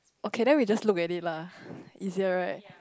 okay then we just look at it lah easier right